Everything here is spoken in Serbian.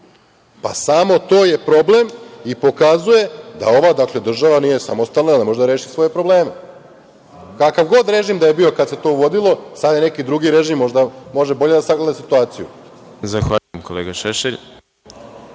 Samo to je problem i pokazuje da ova država nije samostalna, ne može da reši svoje probleme. Kakav god režim da je bio kada se to uvodilo, sada je neki drugi režim, možda može bolje da sagleda situaciju.